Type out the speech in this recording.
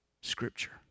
Scripture